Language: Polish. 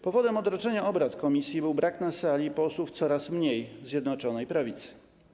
Powodem odroczenia obrad komisji był brak na sali posłów coraz mniej Zjednoczonej Prawicy.